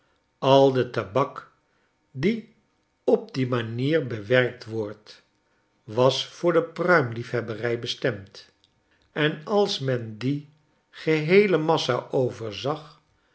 merken aide tabak die op die manier bewerkt wordt was voor de pruim liefhebberij bestemd en als men die geheele massa overzag